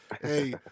Hey